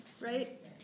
right